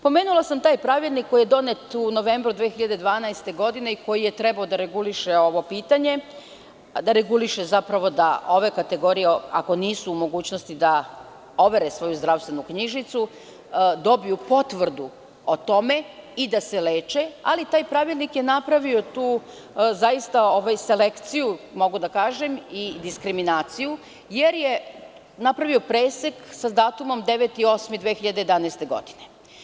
Pomenula sam taj pravilnik koji je donet u novembru 2012. godine i koji je trebalo da reguliše ovo pitanje, da reguliše zapravo da ove kategorije, ako nisu u mogućnosti da overe svoju zdravstvenu knjižicu, dobiju potvrdu o tome i da se leče, ali taj pravilnik je napravio tu selekciju, mogu da kažem, i diskriminaciju, jer je napravio presek sa datumom 9. avgust 2011. godine.